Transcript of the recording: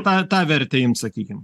tą tą vertę imt sakykim